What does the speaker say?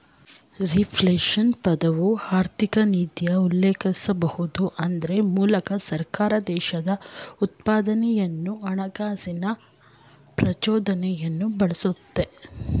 reflation ಪದವು ಆರ್ಥಿಕನೀತಿಯ ಉಲ್ಲೇಖಿಸಬಹುದು ಅದ್ರ ಮೂಲಕ ಸರ್ಕಾರ ದೇಶದ ಉತ್ಪಾದನೆಯನ್ನು ಹಣಕಾಸಿನ ಪ್ರಚೋದನೆಯನ್ನು ಬಳಸುತ್ತೆ